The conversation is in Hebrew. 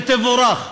ותבורך.